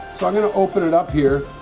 i'm gonna open it up here